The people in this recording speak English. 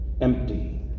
empty